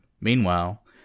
Meanwhile